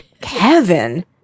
Kevin